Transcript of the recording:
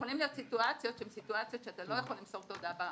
יכולות להיות סיטואציות שהן סיטואציות שאתה לא יכול למסור את ההודעה.